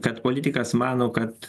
kad politikas mano kad